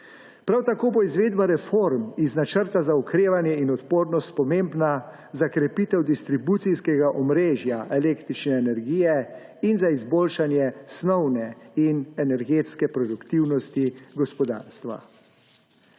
Prav tako bo izvedba reform iz Načrta za okrevanje in odpornost pomembna za krepitev distribucijskega omrežja električne energije in za izboljšanje snovne in energetske produktivnosti gospodarstva.